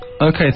Okay